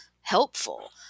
helpful